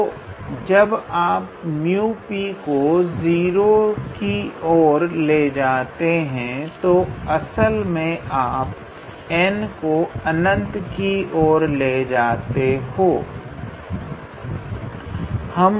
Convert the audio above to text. तो जब आप 𝜇𝑃 को 0 की ओर ले जाते हैं तो असल में आप n को अनंत की ओर ले जा रहे होते हैं